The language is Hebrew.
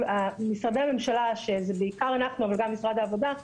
משרדי הממשלה בעיקר אנחנו אבל גם משרד העבודה,